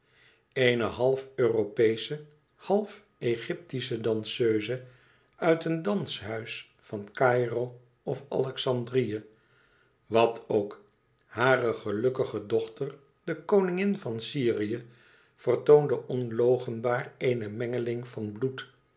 eene half europeesche half egyptische danseuze uit een danshuis van caïro of alexandrië wat ook hare gelukkige dochter de koningin van syrië vertoonde onloochenbaar eene mengeling van bloed